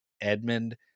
edmund